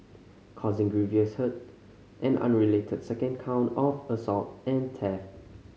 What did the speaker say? causing grievous hurt an unrelated second count of assault and theft